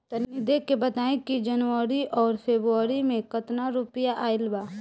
तनी देख के बताई कि जौनरी आउर फेबुयारी में कातना रुपिया आएल बा?